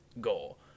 goal